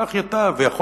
כך ייטב.